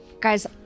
Guys